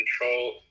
control